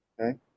Okay